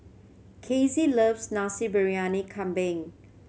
Casey loves Basi Briyani Kambing